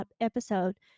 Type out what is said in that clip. episode